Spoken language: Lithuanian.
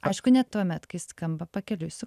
aišku ne tuomet kai skamba pakeliui su